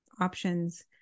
options